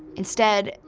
instead,